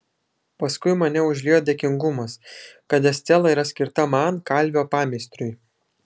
paskui mane užliejo dėkingumas kad estela yra skirta man kalvio pameistriui